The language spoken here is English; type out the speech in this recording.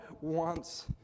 wants